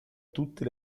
tutte